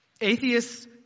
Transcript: Atheists